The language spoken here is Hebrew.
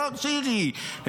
נאור שירי,